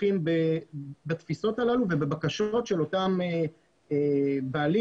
הכרוכים בתפיסות הללו ובבקשות של אותם בעלים